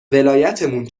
ولایتمون